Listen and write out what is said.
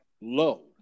low